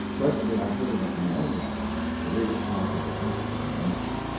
presently, i heard it at my own level the ridge-top of the opposite embankment,